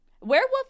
Werewolf